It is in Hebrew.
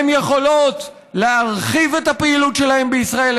הן יכולות להרחיב את הפעילות שלהן בישראל,